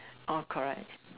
oh correct